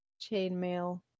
Chainmail